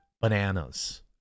bananas